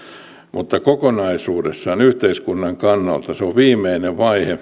mutta kokonaisuudessaan yhteiskunnan kannalta se on viimeinen vaihe